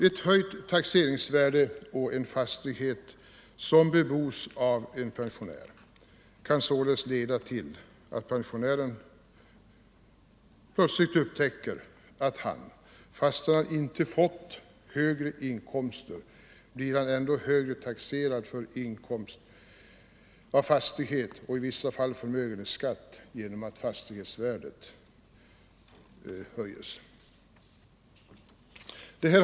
En höjning av taxeringsvärdet på en fastighet som bebos av en pen Nr 126 sionär kan således lede till att penstonären "plötsligt upptäcker att han, Torsdagen den fastän han inte fått högre inkomster, blir högre taxerad för inkomst av. 2äinovember 1974 förmögenhet och i vissa fall för förmögenhet på grund av att taxerings = värdet höjts. Ång.